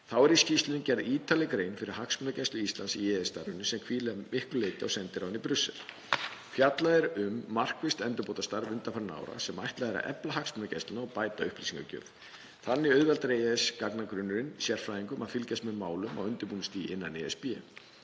Þá er í skýrslunni gerð ítarleg grein fyrir hagsmunagæslu Íslands í EES-starfinu sem hvílir að miklu leyti á sendiráðinu í Brussel. Fjallað er um markvisst endurbótastarf undanfarinna ára sem ætlað er að efla hagsmunagæsluna og bæta upplýsingagjöf. Þannig auðveldar EES-gagnagrunnurinn sérfræðingum að fylgjast með málum á undirbúningsstigi innan ESB.